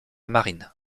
marine